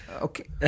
okay